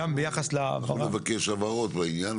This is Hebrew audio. אנחנו נבקש הבהרות בעניין,